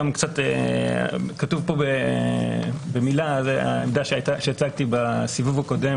כתוב פה במילה על העמדה שהצגתי בסיבוב הקודם